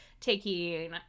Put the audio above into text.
taking